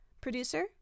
Producer